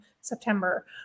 September